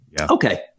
Okay